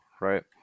right